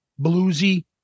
bluesy